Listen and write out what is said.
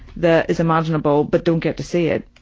that is imaginable, but don't get to see it